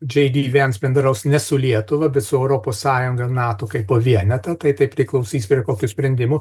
jd vance bendraus ne su lietuva bet su europos sąjunga nato kaipo vienetą tai tai priklausys ir kokių sprendimų